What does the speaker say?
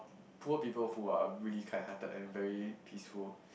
poor people who are really kind hearted and very peaceful